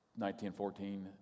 1914